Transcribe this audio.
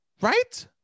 Right